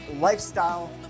Lifestyle